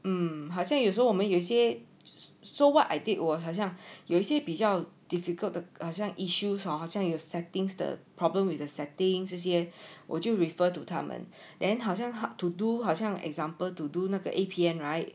嗯好像有时候我们有些 so what I did was 我好像有些比较 difficult 的好像 issues or 好像有 settings the problem with the setting 这些我就 refer to 他们 then 好像 hard to do 好像 example to do 那个 A_P_N right